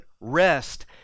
rest